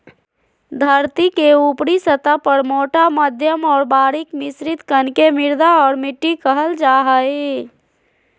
धरतीके ऊपरी सतह पर मोटा मध्यम और बारीक मिश्रित कण के मृदा और मिट्टी कहल जा हइ